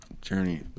Journey